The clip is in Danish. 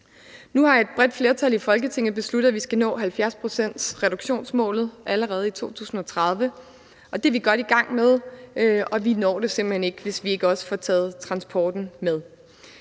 Nu har et bredt flertal i Folketinget besluttet, at vi skal nå 70-procentsreduktionsmålet allerede i 2030, og det er vi godt i gang med, og vi når det simpelt hen ikke, hvis vi ikke også får taget transporten med.